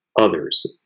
others